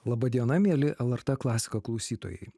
laba diena mieli lrt klasikos klausytojai